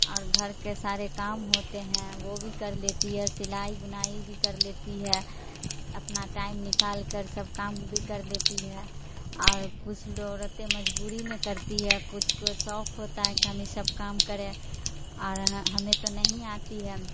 اور گھر کے سارے کام ہوتے ہیں وہ بھی کر لیتی ہے اور سلائی بنائی بھی کر لیتی ہے بس اپنا ٹائم نکال کر سب کام بھی کر لیتی ہے اور کچھ لوگ رہتے ہیں مجبوری میں کرتی ہے کچھ کو شوق ہوتا ہے کہ ہمیں سب کام کرے اور ہمیں تو نہیں آتی ہے